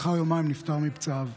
וכעבור יומיים הוא נפטר מפצעיו.